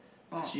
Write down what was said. oh